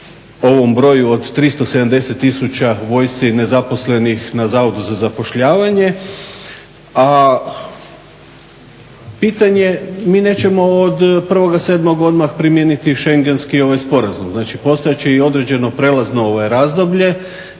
se ovoj, ovom broju od 370 tisuća vojsci nezaposlenih na zavodu za zapošljavanje. A pitanje mi nećemo od 1. 7. odmah primijeniti Šengenski sporazum. Znači postojati će i određeno prelazno razdoblje